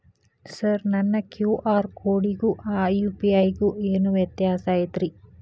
Sir ನನ್ನ QR ಕೊಡಿಗೂ ಆ ಯು.ಪಿ.ಐ ಗೂ ಏನ್ ವ್ಯತ್ಯಾಸ ಐತ್ರಿ?